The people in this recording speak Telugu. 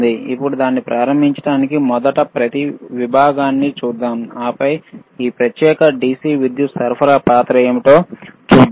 ఇప్పుడు దీన్ని ప్రారంభించడానికి మొదట ప్రతి విభాగాన్ని చూద్దాం ఆపై ఈ ప్రత్యేక DC విద్యుత్ సరఫరా పాత్ర ఏమిటో చూద్దాం